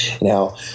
Now